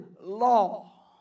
law